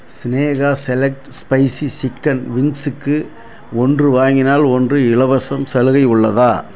Sneha select spicy chicken விங்ஸுக்கு ஒன்று வாங்கினால் ஒன்று இலவசம் சலுகை உள்ளதா